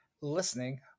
listening